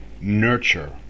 nurture